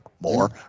more